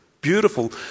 beautiful